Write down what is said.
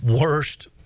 worst